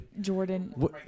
Jordan